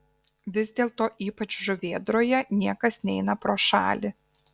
vis dėlto ypač žuvėdroje niekas neina pro šalį